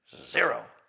Zero